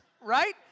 right